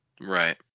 right